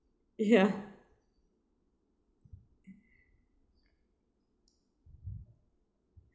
ya